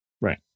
Right